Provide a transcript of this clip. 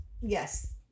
Yes